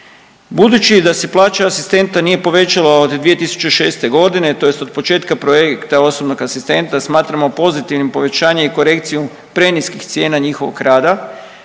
Budući da se plaća asistenta nije povećala od 2006. g., tj. od početka projekta osobnog asistenta, smatramo pozitivnim povećanje i korekciju preniskih cijena njihovog rada